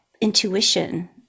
intuition